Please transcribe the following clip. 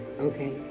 Okay